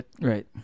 Right